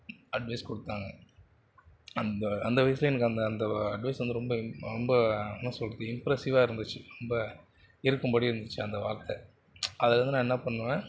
advice கொடுத்தாங்க அந்த அந்த வயதில் எனக்கு அந்த அந்த அட்வைஸ் ரொம்ப ரொம்ப என்ன சொல்கிறது இம்ப்ரெஸ்ஸிவாக இருந்துச்சு ரொம்ப இருக்கும் படி இருந்துச்சு அந்த வார்த்தை அதுலேருந்து நான் என்ன பண்ணுவேன்